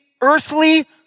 earthly